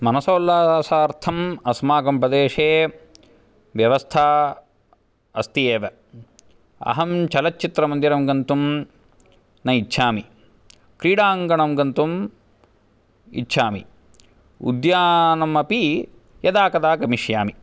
मनसोल्लासार्थं अस्माकं प्रदेशे व्यवस्था अस्ति एव अहं चलच्चित्रमन्दिरं गन्तुं न इच्छामि क्रीडाङ्गणं गन्तुं इच्छामि उद्यानमपि यदा कदा गमिष्यामि